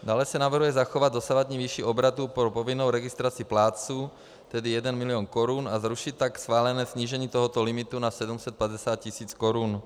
Dále se navrhuje zachovat dosavadní výši obratu pro povinnou registraci plátců, tedy 1 milion korun, a zrušit tak schválené snížení tohoto limitu na 750 tisíc Kč.